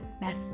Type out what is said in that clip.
mess